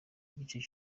igice